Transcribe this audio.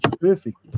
perfect